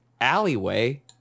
alleyway